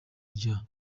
rya